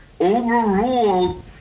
overruled